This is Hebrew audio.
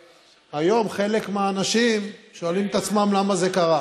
היום חלק מהאנשים שואלים את עצמם למה זה קרה.